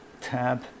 tab